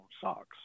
socks